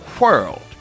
world